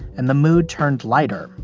and the mood turned lighter.